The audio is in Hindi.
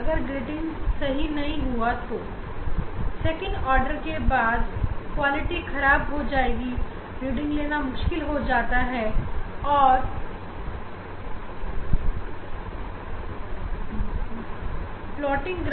अगर ग्रेटिंग की गुणवत्ता ज्यादा अच्छी नहीं है तो उस अवस्था में दूसरे आर्डर के बाद कुछ भी प्राप्त करना बहुत ही कठिन हो जाता है